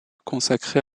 consacrés